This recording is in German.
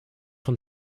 von